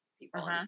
people